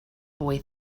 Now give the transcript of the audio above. boy